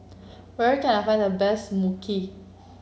where can I find the best Mui Kee